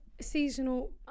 seasonal